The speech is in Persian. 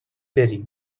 بری